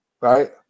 right